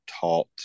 taught